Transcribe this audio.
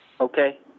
Okay